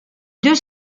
deux